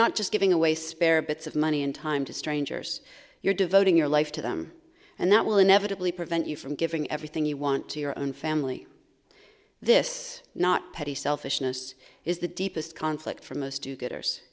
not just giving away spare bits of money and time to strangers you're devoting your life to them and that will inevitably prevent you from giving everything you want to your own family this not petty selfishness is the deepest conflict for most do gooders